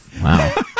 Wow